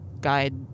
guide